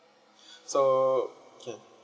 so can